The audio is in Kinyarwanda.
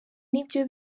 nibyo